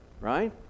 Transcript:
right